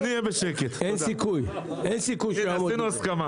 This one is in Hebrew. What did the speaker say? אין סיכוי, אין סיכוי שהוא יעמוד בזה.